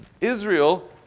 Israel